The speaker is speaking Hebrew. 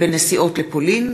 משלחות לזכר השואה לפולין,